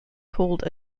called